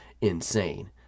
insane